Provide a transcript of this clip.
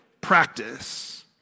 practice